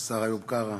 השר איוב קרא,